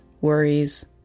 worries